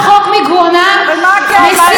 איך זה קשור אלינו?